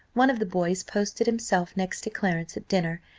one of the boys posted himself next to clarence at dinner,